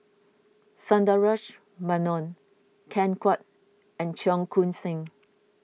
Sundaresh Menon Ken Kwek and Cheong Koon Seng